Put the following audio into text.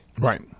Right